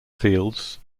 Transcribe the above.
fields